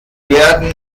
werden